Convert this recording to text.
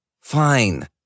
Fine